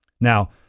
Now